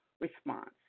response